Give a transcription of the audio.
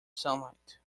sunlight